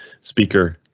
speaker